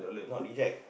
not eject